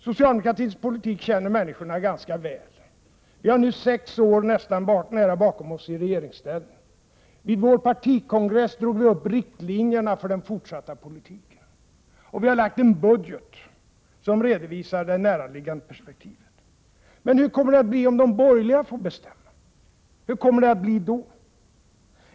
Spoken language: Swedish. Socialdemokraternas politik känner människorna ganska väl. Vi har nu nära sex år bakom oss i regeringsställning. På vår partikongress drog vi upp riktlinjerna för den fortsatta politiken. Vi har också lagt fram en budget som redovisar de näraliggande perspektiven. Hur kommer det då att bli om de borgerliga får bestämma?